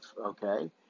okay